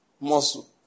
muscle